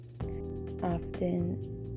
Often